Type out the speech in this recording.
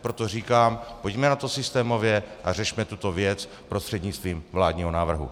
Proto říkám, pojďme na to systémově a řešme tuto věc prostřednictvím vládního návrhu.